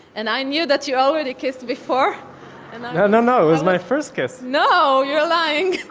and i knew that you already kissed before no, no, no. it was my first kiss no! you are lying.